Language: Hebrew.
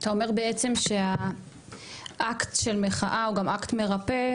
אתה אומר בעצם שהאקט של מחאה הוא גם אקט מרפא,